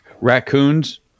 Raccoons